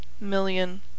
million